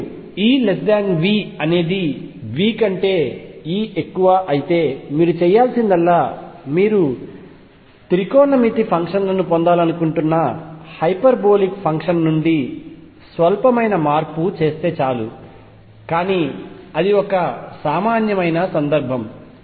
మరియు E V అనేది V కంటే E ఎక్కువ అయితే మీరు చేయాల్సిందల్లా మీరు త్రికోణమితి ఫంక్షన్లను పొందాలనుకుంటున్న హైపర్బోలిక్ ఫంక్షన్ నుండి స్వల్పమైన మార్పు చేస్తే చాలు కానీ అది ఒక సామాన్యమైన సందర్భం